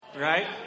Right